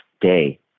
day